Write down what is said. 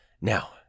Now